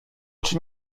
czy